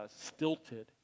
stilted